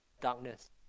darkness